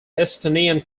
estonian